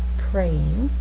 praying.